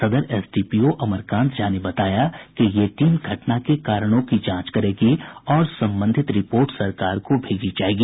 सदर एसडीपीओ अमरकांत झा ने बताया कि ये टीम घटना के कारणों की जांच करेगी और संबंधित रिपोर्ट सरकार को भेजी जायेगी